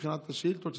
מבחינת השאילתות,